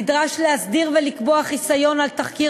נדרש להסדיר ולקבוע חיסיון על תחקיר